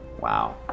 Wow